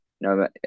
No